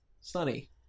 Sunny